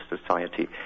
society